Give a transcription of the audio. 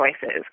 choices